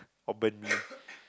or burn